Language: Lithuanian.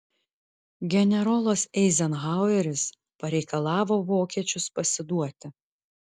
generolas eizenhaueris pareikalavo vokiečius pasiduoti